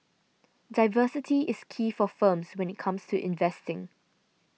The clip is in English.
diversity is key for firms when it comes to investing